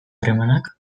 harremanak